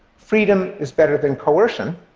freedom is better than coercion,